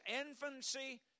infancy